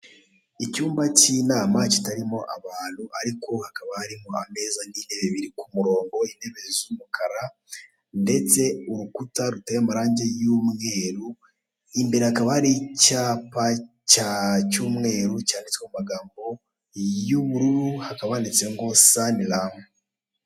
Icyumba cy'inama kitarimo abantu, ariko hakaba harimo ameza n'intebe biri ku murongo. Intebe z'umukara ndetse urukuta ruteye amarange y'umweru, imbere hakaba hari icyapa cy'umweru cyanditsweho amagambo y'ubururu, hakaba handitseho Sanlum.